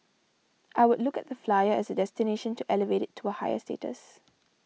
I would look at the Flyer as a destination to elevate it to a higher status